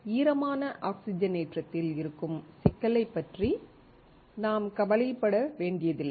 ஈரமான ஆக்ஸிஜனேற்றத்தில் இருக்கும் சிக்கலைப் பற்றி நாம் கவலைப்பட வேண்டியதில்லை